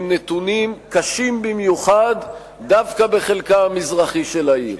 הם נתונים קשים במיוחד דווקא בחלקה המזרחי של העיר.